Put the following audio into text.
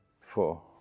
Four